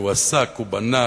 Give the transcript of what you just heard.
והוא בנה,